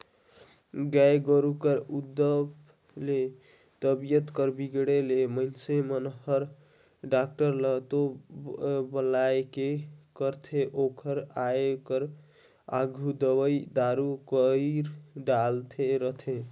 गाय गोरु कर उदुप ले तबीयत कर बिगड़े ले मनखे मन हर डॉक्टर ल तो बलाबे करथे ओकर आये कर आघु दवई दारू कईर डारे रथें